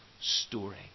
story